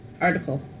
article